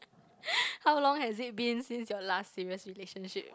how long has it been since your last serious relationship